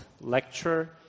lecture